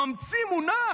ממציא מונח,